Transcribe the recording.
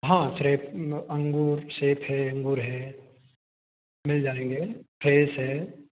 हाँ फ्रेप अंगूर छेप है अंगूर है मिल जाएँगे फ्रेश है